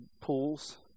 pools